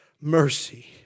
Mercy